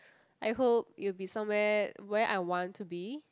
I hope it will be somewhere where I want to be